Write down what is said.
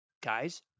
guys